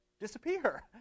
disappear